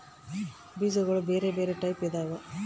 ಬೀಜಗುಳ ಬೆರೆ ಬೆರೆ ಟೈಪಿದವ